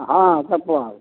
हँ चप्पल